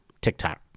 TikTok